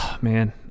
Man